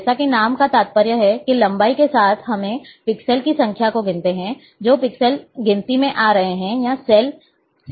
जैसा कि नाम का तात्पर्य है कि लंबाई के साथ हम पिक्सेल की संख्या को गिनते हैं जो पिक्सेल गिनती में आ रहे हैं या सेल आ रहे हैं